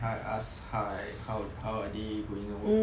I ask hi how are they going